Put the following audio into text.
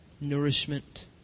nourishment